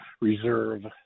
reserve